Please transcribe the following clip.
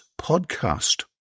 podcast